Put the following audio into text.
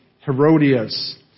Herodias